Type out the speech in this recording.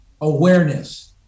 awareness